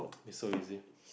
it's so easy